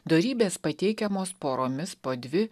dorybės pateikiamos poromis po dvi